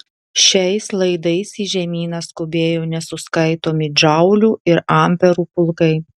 šiais laidais į žemyną skubėjo nesuskaitomi džaulių ir amperų pulkai